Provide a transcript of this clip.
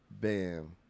Bam